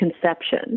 conception